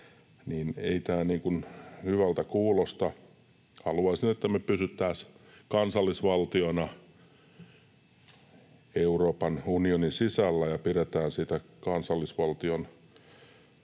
ei tämä hyvältä kuulosta. Haluaisin, että me pysyttäisiin kansallisvaltiona Euroopan unionin sisällä ja pidettäisiin siitä kansallisvaltion